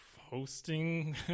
hosting